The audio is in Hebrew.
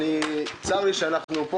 צר לי שאנחנו פה,